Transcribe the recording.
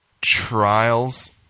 trials